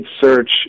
search